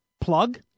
plug